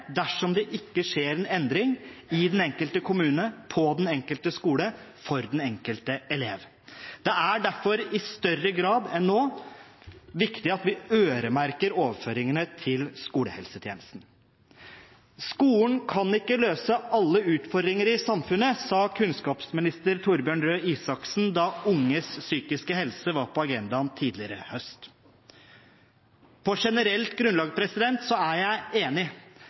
dersom det ikke skjer en endring i den enkelte kommune, på den enkelte skole, for den enkelte elev. Det er derfor i større grad enn nå viktig at vi øremerker overføringene til skolehelsetjenesten. «Skolen kan ikke løse alle utfordringer i samfunnet», sa kunnskapsminister Torbjørn Røe Isaksen da unges psykiske helse var på agendaen tidligere i høst. På generelt grunnlag er jeg enig,